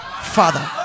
Father